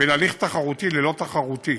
בין הליך תחרותי ללא-תחרותי.